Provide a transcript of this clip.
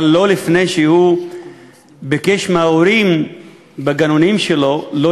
אבל לא לפני שהוא ביקש מההורים בגנונים שלו שלא